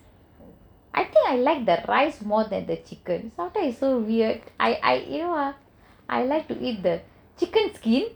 I think I like the rice more than the chicken sometimes it's so weird I I you know ah I like to eat the chicken skin